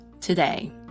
Today